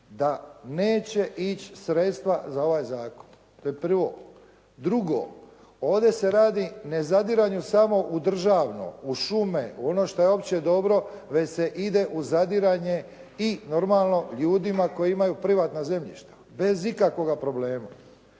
da neće ići sredstva za ovaj zakon, to je prvo. Drugo, ovdje se radi ne zadiranje samo u državno, u šume, u ono što je opće dobro već se ide u zadiranje i normalno ljudima koji imaju privatna zemljišta bez ikakvoga problema.